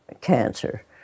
cancer